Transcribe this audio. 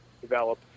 develop